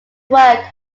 work